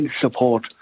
support